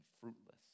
fruitless